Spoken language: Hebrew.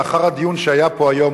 לאחר הדיון שהיה פה היום,